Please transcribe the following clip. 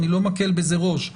אני לא מקל בזה ראש,